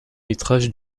métrage